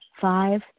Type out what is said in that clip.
Five